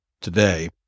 today